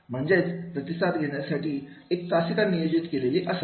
म्हणजेच प्रतिसाद घेण्यासाठी एक तासिका नियोजित केलेली असावी